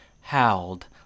howled